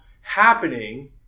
happening